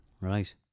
Right